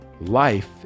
life